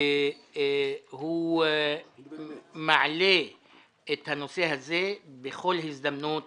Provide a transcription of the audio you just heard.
והוא מעלה את הנושא הזה בכל הזדמנות